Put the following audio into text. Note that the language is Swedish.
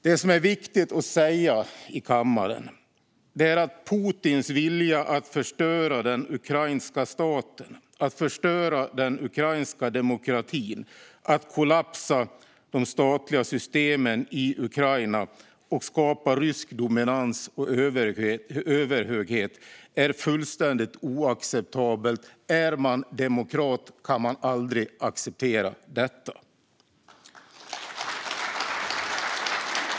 Det som är viktigt att säga i kammaren är att Putins vilja att förstöra den ukrainska staten och den ukrainska demokratin, att få det statliga systemet i Ukraina att kollapsa och att skapa rysk dominans och överhöghet är något fullständigt oacceptabelt. Om man är demokrat kan man aldrig acceptera detta.